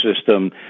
system